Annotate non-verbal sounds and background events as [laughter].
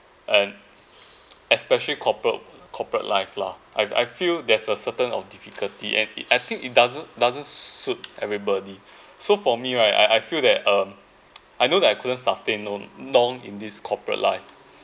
and [noise] especially corporate corporate life lah I I feel there's a certain of difficulty and it I think it doesn't doesn't suit everybody so for me right I I feel that um I know that I couldn't sustain long long in this corporate life